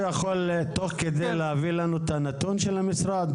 יכול תוך כדי להביא לנו את הנתון של המשרד,